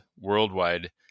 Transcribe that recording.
worldwide